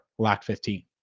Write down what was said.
LOCK15